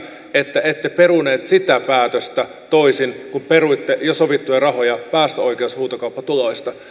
että ette perunut sitä päätöstä toisin kuin peruitte jo sovittuja rahoja päästöoikeushuutokauppatuloista